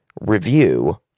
review